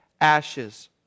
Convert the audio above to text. ashes